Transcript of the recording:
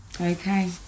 Okay